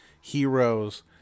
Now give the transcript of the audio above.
heroes